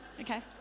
Okay